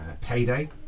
payday